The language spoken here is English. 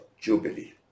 jubilee